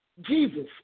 Jesus